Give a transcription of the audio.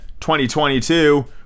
2022